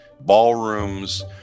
ballrooms